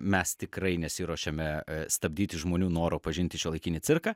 mes tikrai nesiruošiame stabdyti žmonių noro pažinti šiuolaikinį cirką